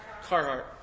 Carhartt